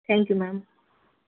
thank you ma'am